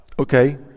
Okay